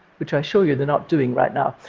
which i assure you they're not doing right now,